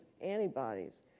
antibodies